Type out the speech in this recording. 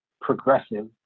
progressive